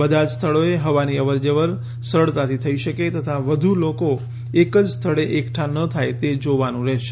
બધાજ સ્થળોએ હવાની અવર જવર સરળતાથી થઈ શકે તથા વધુ લોકો એક જ સ્થળે એકઠા ન થાય તે જોવાનું રહેશે